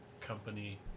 company